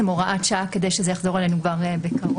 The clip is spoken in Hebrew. הוראת שעה כדי שזה יחזור אלינו כבר בקרוב.